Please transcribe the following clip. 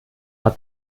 hat